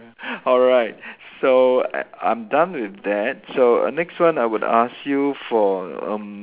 alright so I I'm done with that so next one I would ask you for erm